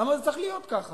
למה זה צריך להיות כך?